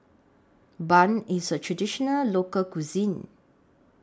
Bun IS A Traditional Local Cuisine